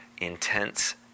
intense